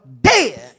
dead